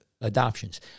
adoptions